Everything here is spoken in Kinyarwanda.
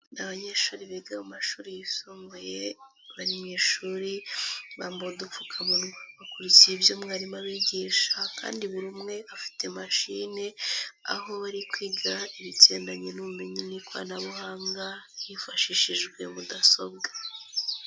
Abanyeshuri biga mu mashuri yisumbuye bari mu ishuri bambuwe udupfukamunwa, bakurikiye ibyo umwarimu abigisha kandi buri umwe afite mashine, aho bari kwiga ibigendanye n'ubumenyi n'ikoranabuhanga hifashishijwe mudasobwa.